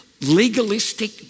legalistic